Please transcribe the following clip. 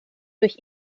durch